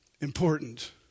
important